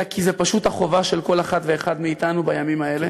אלא כי זאת פשוט החובה של אחת ואחד מאתנו בימים האלה.